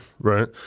right